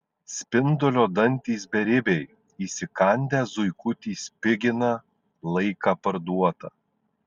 spindulio dantys beribiai įsikandę zuikutį spigina laiką parduotą